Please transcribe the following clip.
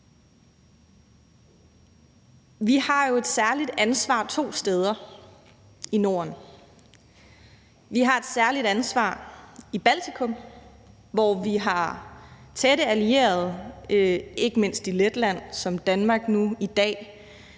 Vi har jo et særligt ansvar to steder i Norden. Vi har et særligt ansvar i Baltikum, hvor vi har tætte allierede, ikke mindst i Letland, som Danmark nu i dag